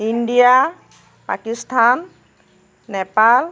India Pakistan Nepal